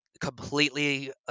completely